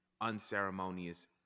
unceremonious